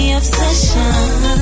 obsession